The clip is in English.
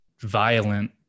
violent